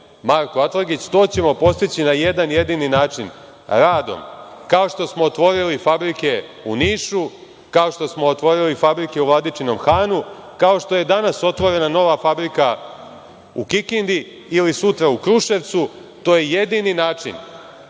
Marko Atlagić. To ćemo postići na jedan jedini način – radom, kao što smo otvorili fabrike u Nišu, kao što smo otvorili fabrike u Vladičinom Hanu, kao što je danas otvorena nova fabrika u Kikindi ili sutra u Kruševcu, to je jedini način